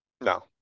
No